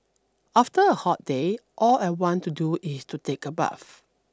after a hot day all I want to do is to take a bath